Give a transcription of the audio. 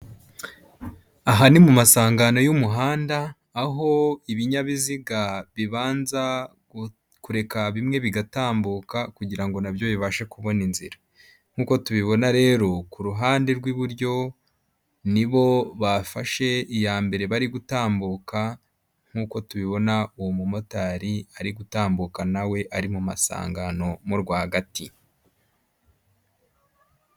Aha ni mu masangano y'umuhanda aho ibinyabiziga bibanza kureka bimwe bigatambuka kugira ngo nabyo bibashe kubona inzira, nk'uko tubibona rero ku ruhande rw'iburyo nibo bafashe iya mbere bari gutambuka nk'uko tubibona uwo mumotari ari gutambuka na we ari mu masangano mo rwagati.